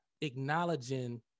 acknowledging